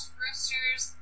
roosters